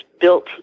built